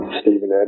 Stephen